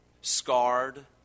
scarred